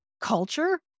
culture